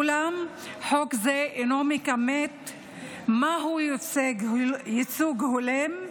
אולם חוק זה אינו מכמת מהו ייצוג הולם,